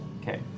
Okay